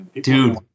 Dude